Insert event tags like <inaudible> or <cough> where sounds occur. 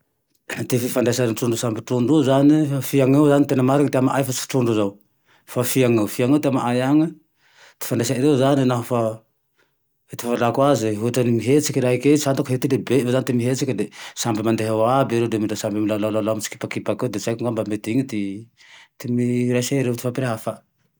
<clears throat> Ty fifandraisan'ny trondro sambe trondro io zane, fiagneo zane tegna marigny ty amaay fa tsy trondro zao. Fa fiagneo ty amaay agne ty fandraisanereo zane naho fa ty fahalalako aze ôtrane mihetsike raike tsy fantako hoe ty le beny vao ty mihetsiky. Sambe mandeha eo aby reo ndre sambe milalalalao mitsikipakipaky. De tsy haiko ngamba mety igny ty mi <hesitation> iraisa, ifampirehafa.